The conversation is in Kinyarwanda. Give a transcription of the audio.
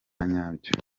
nyabyo